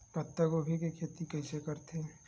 पत्तागोभी के खेती कइसे करथे?